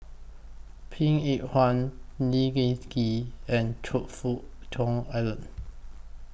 Png Eng Huat Lee Seng Gee and Choe Fook Cheong Alan